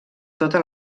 tota